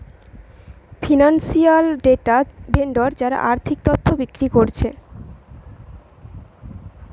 financial data vendor যারা আর্থিক তথ্য বিক্রি কোরছে